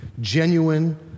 Genuine